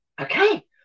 okay